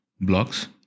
blocks